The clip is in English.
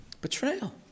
Betrayal